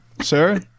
Sir